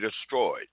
destroyed